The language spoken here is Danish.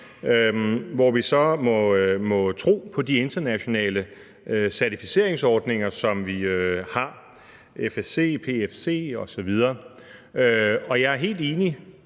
hvor vi så må tro på de internationale certificeringsordninger, som vi har – FSC, PEFC osv. Vi er i